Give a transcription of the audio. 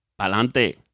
Pa'lante